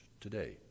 today